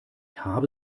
habe